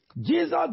jesus